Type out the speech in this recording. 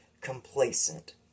complacent